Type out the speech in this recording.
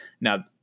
Now